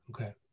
Okay